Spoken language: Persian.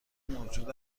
موجود